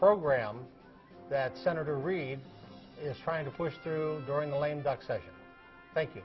program that senator reid is trying to push through during the l